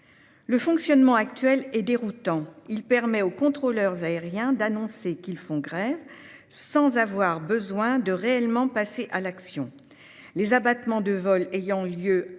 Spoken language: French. Le fonctionnement actuel est déroutant : il permet aux contrôleurs aériens d'annoncer qu'ils vont faire grève sans avoir besoin de réellement passer à l'action. Comme les « abattements » de vols ont lieu avant